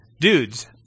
Dudes